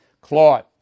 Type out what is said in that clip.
Claude